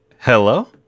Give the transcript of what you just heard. Hello